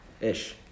Ish